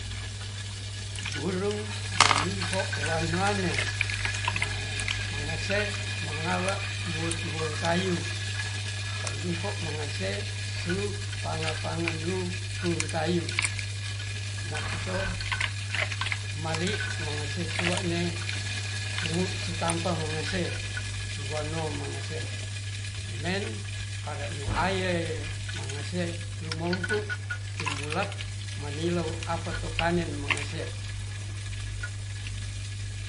burung mamiho wanane maa mangese mangale tuhotuhong kayu, pamiho mangase su pangapanganu pun kayu, makuto mali mangese suane su sutampa mengese suwano mengese men are'nu aye mangese lumompu tumulak manilo apato kanie mengese.